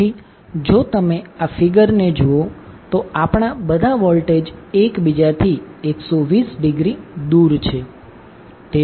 તેથી જો તમે આ ફિગર જુઓ તો આપણા બધા વોલ્ટેજ એકબીજાથી 120 ડિગ્રી દૂર છે